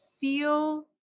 feel